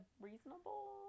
reasonable